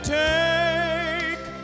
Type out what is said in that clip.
take